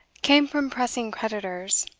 came from pressing creditors.